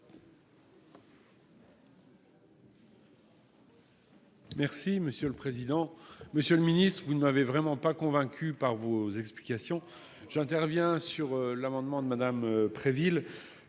Merci monsieur le président, Monsieur le Ministre, vous n'avez vraiment pas convaincu par vos explications, j'interviens sur l'amendement de Madame Préville.